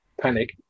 Panic